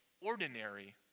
ordinary